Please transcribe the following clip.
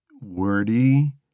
wordy